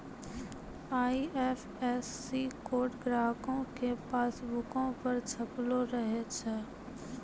IFSC code ग्राहको के पासबुको पे छपलो रहै छै